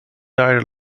died